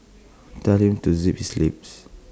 tell him to zip his lips